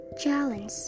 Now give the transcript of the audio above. challenge